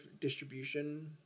Distribution